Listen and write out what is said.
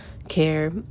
Care